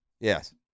Yes